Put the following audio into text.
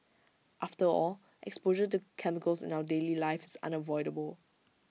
after all exposure to chemicals in our daily life is unavoidable